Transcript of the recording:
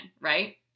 right